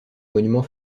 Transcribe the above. monument